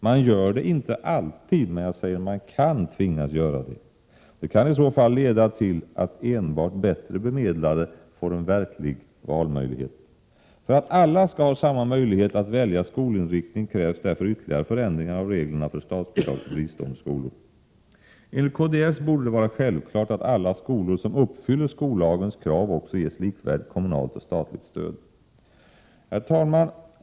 Man gör det inte alltid, men man kan tvingas till det. Det kan i så fall leda till att enbart bättre bemedlade får en verklig valmöjlighet. För att alla skall ha samma möjlighet att välja skolinriktning krävs därför ytterligare förändringar av reglerna för statsbidrag till fristående skolor. Enligt kds borde det vara självklart att alla skolor som uppfyller skollagens krav också ges likvärdigt kommunalt och statligt stöd. Herr talman!